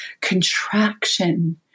contraction